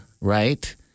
right